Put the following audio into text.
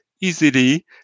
easily